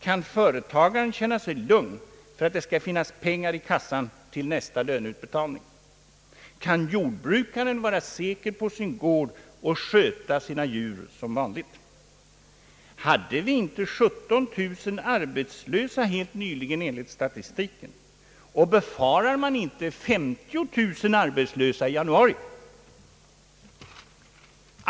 Kan företagaren känna sig lugn för att det skall finnas pengar i kassan till nästa löneutbetalning? Kan jordbrukaren vara säker på sin gård och sköta sina djur som vanligt? Hade vi inte 17 000 arbetslösa helt nyligen enligt statistiken, och befarar man inte att ha 50 000 arbetslösa i januari?